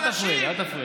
אתה לא רואה את ה-800,000,